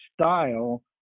style